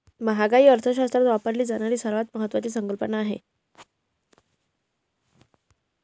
महागाई अर्थशास्त्रात वापरली जाणारी सर्वात महत्वाची संकल्पना आहे